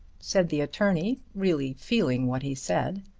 said the attorney, really feeling what he said.